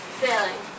sailing